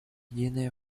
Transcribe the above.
единая